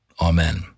Amen